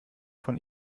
von